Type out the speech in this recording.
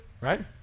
right